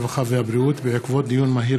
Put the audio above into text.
הרווחה והבריאות בעקבות דיון מהיר